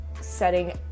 setting